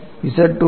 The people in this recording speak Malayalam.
0 ഉം Z2 2